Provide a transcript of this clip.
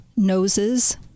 noses